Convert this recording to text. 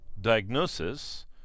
diagnosis